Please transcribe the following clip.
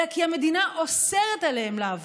אלא כי המדינה אוסרת עליהם לעבוד.